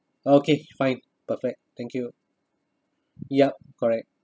okay fine perfect thank you yup correct